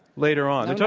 later on, so